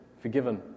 forgiven